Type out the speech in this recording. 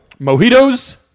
Mojitos